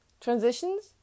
Transitions